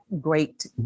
great